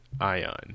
Ion